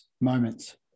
moments